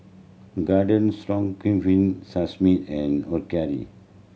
Garden Stroganoff Sashimi and